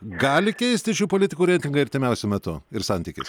gali keistis šių politikų reitingai artimiausiu metu ir santykis